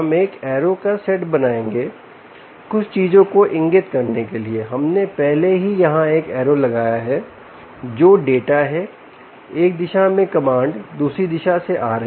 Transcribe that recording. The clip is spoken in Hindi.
हम एक एरो का सेट बनाएंगे कुछ चीजों को इंगित करने के लिए हमने पहले ही यहां एक एरो लगाया है जो डाटा है एक दिशा में कमांड दूसरी दिशा से आ रही